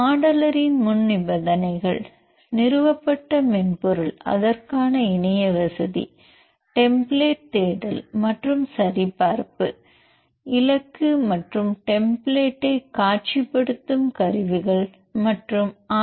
மாடலரின் முன்நிபந்தனைகள் நிறுவப்பட்ட மென்பொருள் அதற்கான இணைய வசதி டெம்பிளேட் தேடல் மற்றும் மாதிரி சரிபார்ப்பு இலக்கு மற்றும் டெம்பிளேட்டை காட்சிப்படுத்தும் கருவிகள் மற்றும் ஆர்